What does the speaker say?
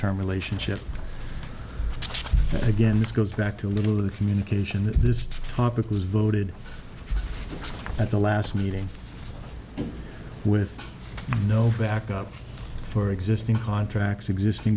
term relationship again this goes back to a little communication that this topic was voted at the last meeting with no backup for existing contracts existing